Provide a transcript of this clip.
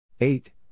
eight